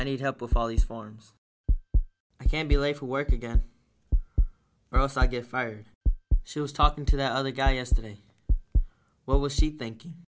i need help with all these forms i can't be late for work again or else i get fired she was talking to that other guy asked me what was she thinking